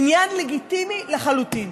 עניין לגיטימי לחלוטין.